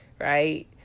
right